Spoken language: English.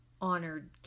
honored